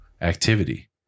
activity